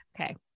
Okay